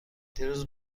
دیروز